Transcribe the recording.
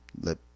let